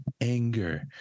anger